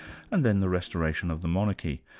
and then the restoration of the monarchy.